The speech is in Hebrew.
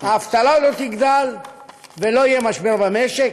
האבטלה לא תגדל ולא יהיה משבר במשק.